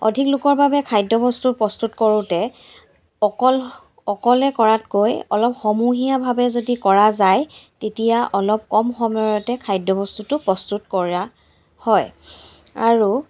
অধিক লোকৰ বাবে খাদ্যবস্তু প্ৰস্তুত কৰোঁতে অকল অকলে কৰাতকৈ অলপ সমূহীয়াভাৱে যদি কৰা যায় তেতিয়া অলপ কম সময়তে খাদ্যবস্তুটো প্ৰস্তুত কৰা হয় আৰু